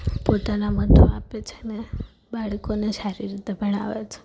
પોતાના મતો આપે છે ને બાળકોને સારી રીતે ભણાવે છે